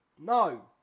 No